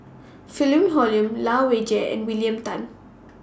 Philip Hoalim Lai Weijie and William Tan